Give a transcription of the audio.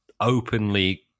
openly